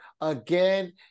again